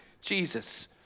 Jesus